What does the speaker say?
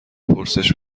پرسش